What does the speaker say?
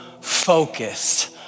focused